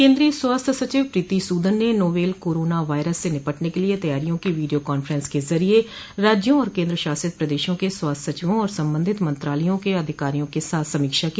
केन्द्रीय स्वास्थ्य सचिव प्रीति सूदन ने नोवेल कोरोना वायरस से निपटने के लिए तैयारियों की वीडियो कांफ्रेस के जरिये राज्यों और केन्द्रशासित प्रदेशों के स्वास्थ्य सचिवों और संबंधित मंत्रालयों के अधिकारियों के साथ समीक्षा की